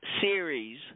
series